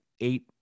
eight